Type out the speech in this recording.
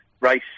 Race